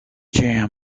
jam